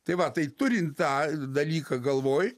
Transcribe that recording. tai va tai turint tą dalyką galvoj